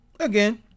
Again